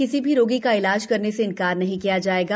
किसी भी रोगी का इलाज करने से इंकार नहीं किया जाएगा